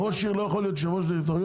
ראש עיר לא יכול להיות יושב-ראש דירקטוריון?